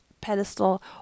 pedestal